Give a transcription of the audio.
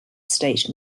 state